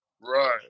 right